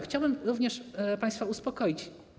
Chciałbym również państwa uspokoić.